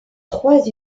trois